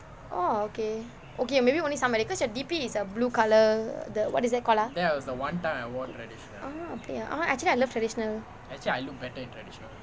orh okay okay maybe only some wedding because your D_P is a blue colour the what is that called ah orh actually I love traditional